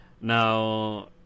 now